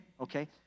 okay